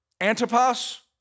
Antipas